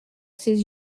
ses